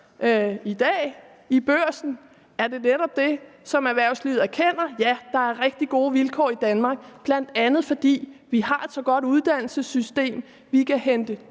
I dag i Børsen er det netop det, som erhvervslivet erkender: Ja, der er rigtig gode vilkår i Danmark, bl.a. fordi vi har et så godt uddannelsessystem. Vi kan hente dygtige